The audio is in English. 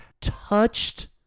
touched